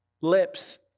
lips